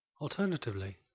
Alternatively